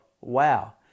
Wow